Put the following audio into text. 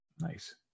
Nice